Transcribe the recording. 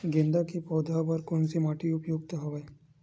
गेंदा के पौधा बर कोन से माटी उपयुक्त हवय?